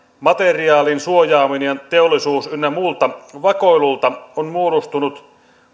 materiaalin suojaaminen teollisuus ynnä muulta vakoilulta on muodostunut